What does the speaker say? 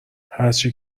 هرچی